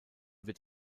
wird